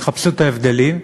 חפשו את ההבדלים.